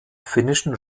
finnischen